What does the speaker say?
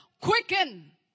quicken